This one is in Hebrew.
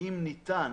אם ניתן,